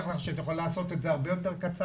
לך שאת יכולה לעשות את זה הרבה יותר קצר,